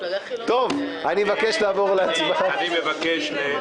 אני מבקש לעבור להצבעה.